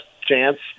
chance